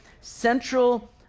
central